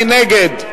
מי נגד?